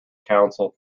council